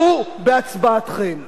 תודה רבה, אדוני.